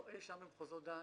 לא אי-שם במחוזות דאע"ש,